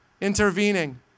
intervening